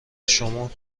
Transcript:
شما